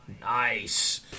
Nice